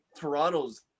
Toronto's